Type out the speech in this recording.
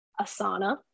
Asana